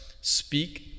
speak